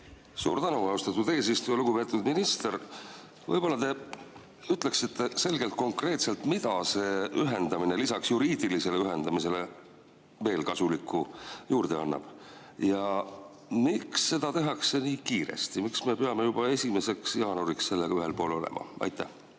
Suur tänu, austatud eesistuja! Lugupeetud minister! Võib-olla te ütlete selgelt ja konkreetselt, mida see ühendamine lisaks juriidilisele ühendamisele veel kasulikku juurde annab ja miks seda tehakse nii kiiresti. Miks me peame juba 1. jaanuariks sellega ühel pool olema? Alustan